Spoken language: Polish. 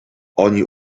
oni